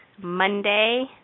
Monday